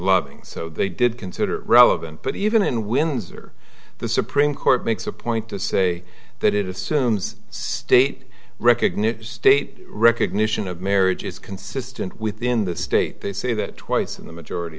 loving so they did consider relevant but even in windsor the supreme court makes a point to say that it assumes state recognition state recognition of marriage is consistent within the state they say that twice in the majority